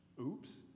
Oops